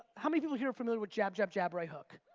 how many people here are familiar with jab, jab, jab, right hook?